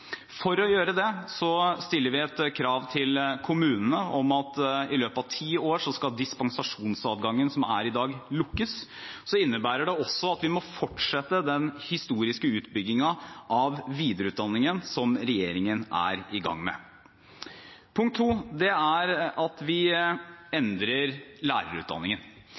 For å oppnå dette stiller vi krav til kommunene om at den dispensasjonsadgangen som er i dag, skal lukkes i løpet av ti år. Det innebærer også at vi må fortsette den historiske utbyggingen av videreutdanningen, noe som regjeringen er i gang med. Punkt 2: Vi endrer lærerutdanningen. Vi har sagt at vi